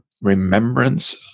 remembrance